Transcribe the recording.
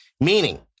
Meaning